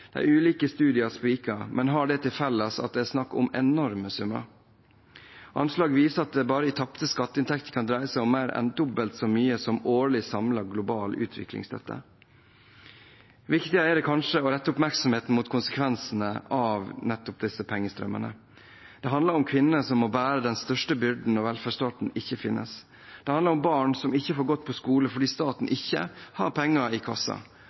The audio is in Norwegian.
ulike studiene spriker, men har det til felles at det er snakk om enorme summer. Anslag viser at det bare i tapte skatteinntekter kan dreie seg om mer enn dobbelt så mye som årlig samlet global utviklingsstøtte. Viktigere er det kanskje å rette oppmerksomheten mot konsekvensene av nettopp disse pengestrømmene. Det handler om kvinner som må bære den største byrden når velferdsstaten ikke finnes. Det handler om barn som ikke får gått på skole fordi staten ikke har penger i